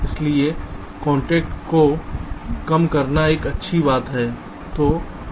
इसलिए कांटेक्ट को कम करना एक अच्छी बात है